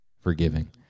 forgiving